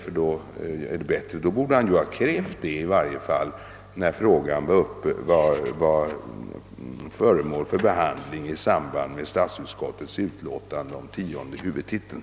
I varje fall borde han ha krävt det när frågan var föremål för behandling i samband med statsutskottets utlåtande rörande tionde huvudtiteln.